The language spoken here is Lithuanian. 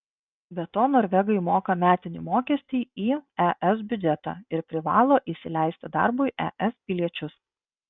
be to norvegai moka metinį mokestį į es biudžetą ir privalo įsileisti darbui es piliečius